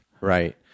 right